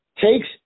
takes